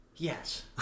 Yes